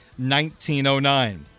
19.09